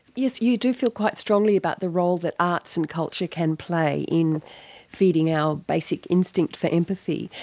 yes, you do feel quite strongly about the role that arts and culture can play in feeding our basic instinct for empathy.